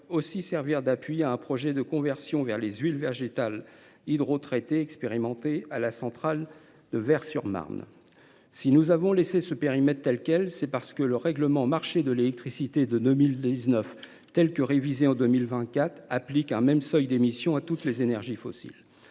aussi servir d’appui à un projet de conversion vers les huiles végétales hydrotraitées, expérimenté à la centrale de Vaires sur Marne. Si nous avons laissé ce périmètre tel quel, c’est parce que le règlement sur le marché intérieur de l’électricité de 2019, tel qu’il a été révisé en 2024, applique un même seuil d’émissions à toutes les énergies fossiles.